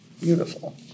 Beautiful